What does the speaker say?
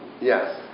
yes